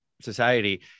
society